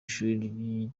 ishuri